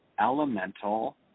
elemental